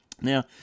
Now